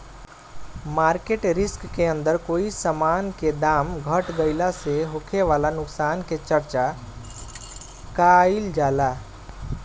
market risk के अंदर कोई समान के दाम घट गइला से होखे वाला नुकसान के चर्चा काइल जाला